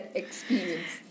experience